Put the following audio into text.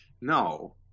No